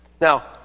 Now